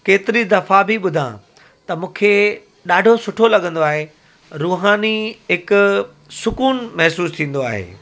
केतिरी दफ़ा बि ॿुधां त मूंखे ॾाढो सुठो लॻंदो आहे रूहानी हिकु सुकूनु महसूसु थींदो आहे